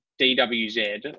DWZ